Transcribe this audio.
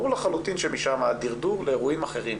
ברור לחלוטין שמשם הדרדור, לאירועים אחרים.